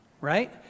right